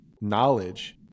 knowledge